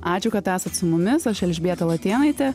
ačiū kad esat su mumis aš elžbieta latėnaitė